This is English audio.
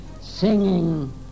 singing